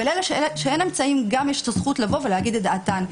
ולאלה שאין אמצעים גם יש הזכות לבוא ולהגיד את דעתן.